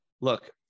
look